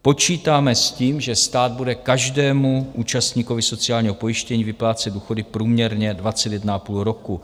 Počítáme s tím, že stát bude každému účastníkovi sociálního pojištění vyplácet důchody průměrně 21,5 roku.